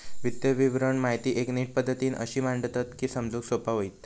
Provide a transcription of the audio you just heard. वित्तीय विवरण माहिती एक नीट पद्धतीन अशी मांडतत की समजूक सोपा होईत